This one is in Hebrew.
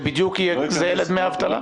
זה בדיוק יהיה זהה לדמי אבטלה?